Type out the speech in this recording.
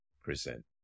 present